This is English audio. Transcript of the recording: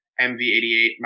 MV88